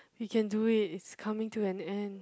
we can do it it's coming to an end